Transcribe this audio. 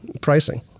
pricing